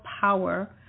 power